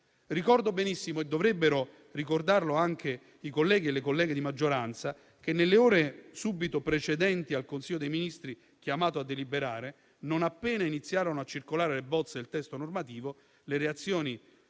Ricordo benissimo - e dovrebbero ricordarlo anche i colleghi e le colleghe di maggioranza - che, nelle ore subito precedenti il Consiglio dei ministri chiamato a deliberare, non appena iniziarono a circolare le bozze del testo normativo, le reazioni